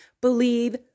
Believe